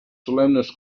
solemnes